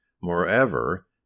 Moreover